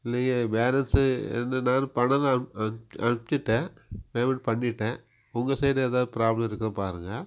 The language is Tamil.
நீங்கள் வேறு எதாச்சு என்ன நான் பணம் எல்லாம் அனுப் அனுப் அனுப்பிசிட்டேன் பேமெண்ட் பண்ணிவிட்டேன் உங்கள் சைட்டில் எதா ப்ராப்ளம் இருக்கா பாருங்கள்